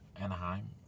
Anaheim